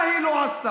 מה היא לא עשתה: